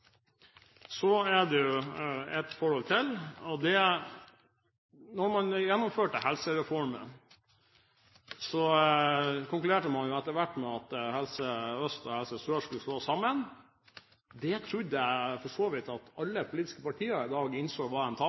Så til et annet forhold: Da man gjennomførte helsereformen, konkluderte man etter hvert med at Helse Øst og Helse Sør skulle slås sammen. Det trodde jeg for så vidt at alle politiske partier i dag innså var en